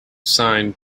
signed